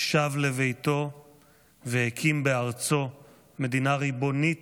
שב לביתו והקים בארצו מדינה ריבונית,